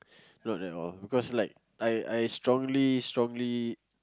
not all all because like I strongly strongly